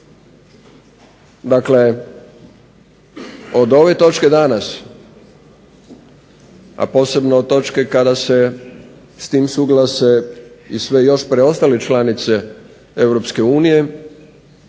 Dakle, od ove točke danas, a posebno od točke kada se s tim suglase i sve još preostale članice EU,